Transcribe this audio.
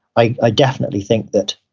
i definitely think that